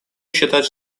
считать